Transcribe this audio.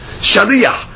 sharia